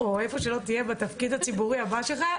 או איפה שלא תהיה בתפקיד הבא שלך,